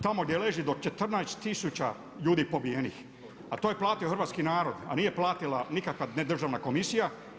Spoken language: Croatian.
Tamo gdje leži do 14000 ljudi pobijenih, a to je platio hrvatski narod, a nije platila nikakva nedržavna komisija.